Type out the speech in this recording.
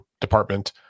department